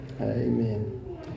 Amen